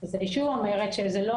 אז אני שוב אומרת, שלא